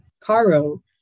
Caro